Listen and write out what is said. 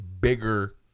bigger